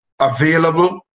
available